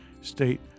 state